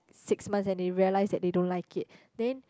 six months and they realise that they don't like it then